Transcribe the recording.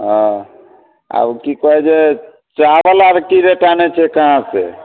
हँ आओर ओ कि कहै छै चावल आओर कि रेट आनै छिए कहाँसँ